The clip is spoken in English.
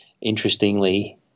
Interestingly